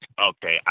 okay